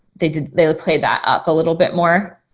they did, they played that up a little bit more.